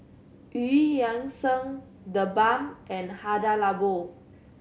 Eu Yan Sang TheBalm and Hada Labo